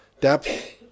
depth